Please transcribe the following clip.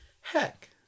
Heck